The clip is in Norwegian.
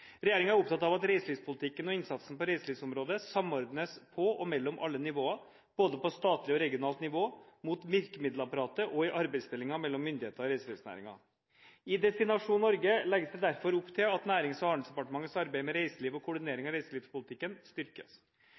er opptatt av at reiselivspolitikken og innsatsen på reiselivsområdet samordnes på og mellom alle nivåer, både på statlig og regionalt nivå, mot virkemiddelapparatet og i arbeidsdelingen mellom myndigheter og reiselivsnæringen. I Destinasjon Norge legges det derfor opp til at Nærings- og handelsdepartementets arbeid med reiseliv og koordinering av reiselivspolitikken styrkes.